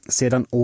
sedan